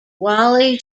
wally